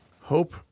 Hope